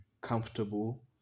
comfortable